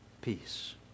peace